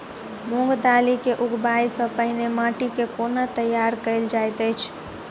मूंग दालि केँ उगबाई सँ पहिने माटि केँ कोना तैयार कैल जाइत अछि?